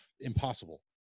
impossible